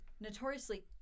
notoriously